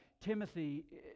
Timothy